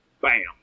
bam